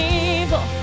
evil